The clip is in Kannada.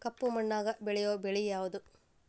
ಕಪ್ಪು ಮಣ್ಣಾಗ ಬೆಳೆಯೋ ಬೆಳಿ ಯಾವುದು?